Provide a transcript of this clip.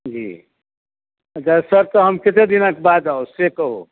जी अच्छा सर हम कत्तेक दिनक बाद आउ से कहू